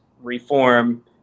reform